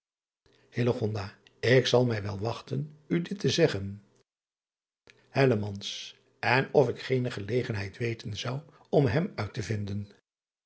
k zal mij wel wachten u dit te zeggen n of ik geene gelegenheid weten zou om hem uit te vinden